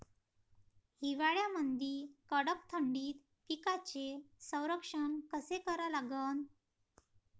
हिवाळ्यामंदी कडक थंडीत पिकाचे संरक्षण कसे करा लागन?